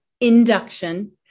induction